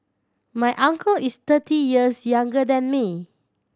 my uncle is thirty years younger than me